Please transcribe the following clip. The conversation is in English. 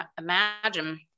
imagine